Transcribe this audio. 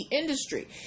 industry